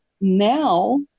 now